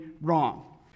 wrong